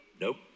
Nope